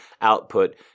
output